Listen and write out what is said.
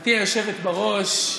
חברתי היושבת בראש,